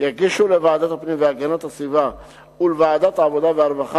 יגישו לוועדת הפנים והגנת הסביבה ולוועדת העבודה והרווחה,